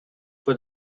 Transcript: for